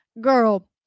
girl